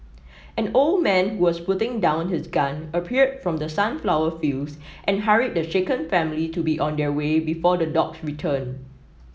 an old man was putting down his gun appeared from the sunflower fields and hurried the shaken family to be on their way before the dogs return